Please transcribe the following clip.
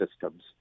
systems